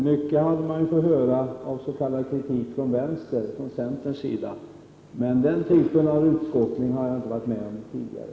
Mycket har man fått höra av s.k. kritik från vänster, från centerns sida, men den här typen av kritik har jag inte varit med om tidigare.